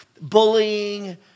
bullying